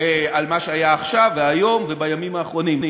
על מה שהיה עכשיו והיום ובימים האחרונים.